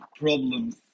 problems